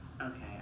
Okay